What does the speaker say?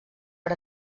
per